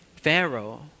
Pharaoh